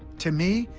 to me,